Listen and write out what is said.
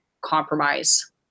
compromise